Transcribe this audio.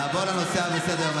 נעבור לנושא הבא בסדר-היום,